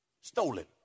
stolen